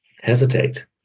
hesitate